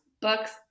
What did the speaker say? books